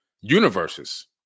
universes